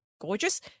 gorgeous